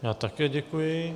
Já také děkuji.